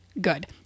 good